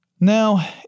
Now